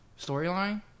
storyline